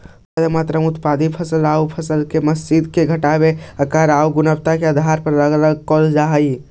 बहुत ज्यादा मात्रा में उत्पादित फल आउ फसल के मशीन से छाँटके आकार आउ गुणवत्ता के आधार पर अलग अलग कैल जा हई